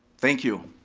thank you.